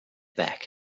back